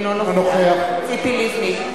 אינו נוכח ציפי לבני,